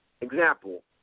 Example